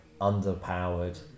underpowered